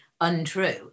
untrue